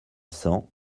cent